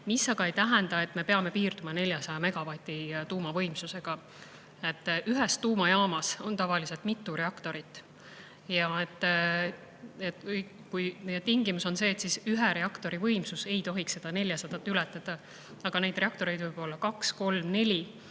See aga ei tähenda, et me peame piirduma 400 megavati tuumavõimsusega. Ühes tuumajaamas on tavaliselt mitu reaktorit ja meie tingimus on see, et ühe reaktori võimsus ei tohiks 400 megavatti ületada. Aga reaktoreid võib olla kaks,